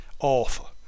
awful